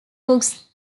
books